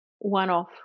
one-off